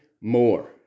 more